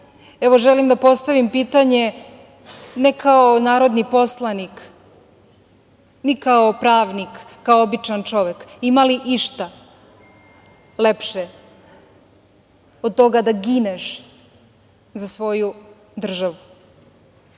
želim da postavim pitanje, ne kao narodni poslanik, ni kao pravnik, već kao običan čovek – ima li i šta lepše od toga da gineš za svoju državu?